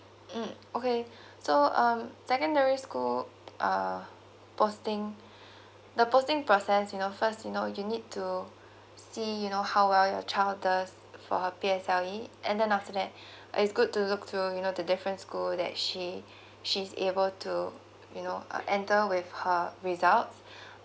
mm okay so um secondary school uh posting the posting process you know first you know you need to see you know how well your child does for her P_S_L_E and then after that it's good to look through you know the different school that she she's able to you know uh enter with her results